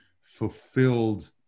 fulfilled